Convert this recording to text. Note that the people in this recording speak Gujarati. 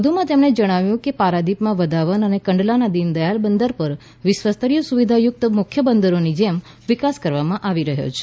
વધુમાં તેમણે જણાવ્યું કે પારાદીપમાં વધાવન અને કંડલાના દીનદયાલ બંદર પર વિશ્વસ્તરીય સુવિધાયુકત મુખ્ય બંદરોની જેમ વિકાસ કરવામાં આવી રહ્યો છે